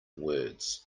words